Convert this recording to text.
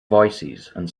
voicesand